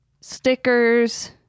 stickers